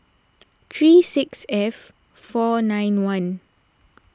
three six F four nine one